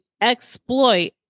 exploit